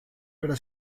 pero